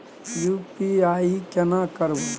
UPI केना करबे?